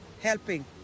helping